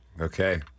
Okay